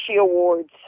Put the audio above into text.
awards